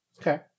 Okay